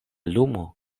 lumo